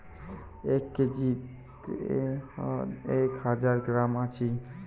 এক কেজিত এক হাজার গ্রাম আছি